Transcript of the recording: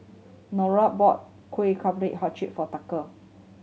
Neola bought kuih for Tucker